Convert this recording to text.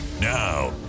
Now